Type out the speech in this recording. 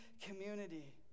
community